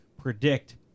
predict